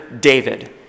David